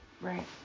Right